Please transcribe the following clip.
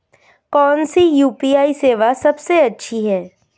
कौन सी यू.पी.आई सेवा सबसे अच्छी है?